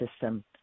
system